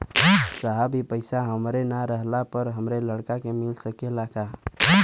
साहब ए पैसा हमरे ना रहले पर हमरे लड़का के मिल सकेला का?